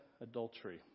adultery